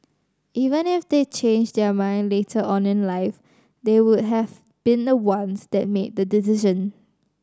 even if they change their mind later on in life they would have been the ones that made the decision